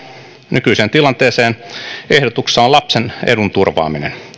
nykyiseen tilanteeseen ehdotuksessa on lapsen edun turvaaminen